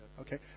Okay